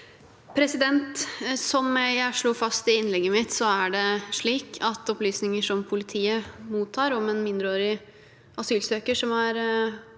Som jeg slo fast i innlegget mitt, er det slik at opplysninger som politiet mottar om en mindreårig asylsøker som er